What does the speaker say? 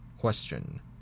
Question